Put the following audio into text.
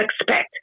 expect